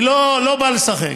אני לא בא לשחק.